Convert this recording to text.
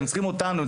אותנו,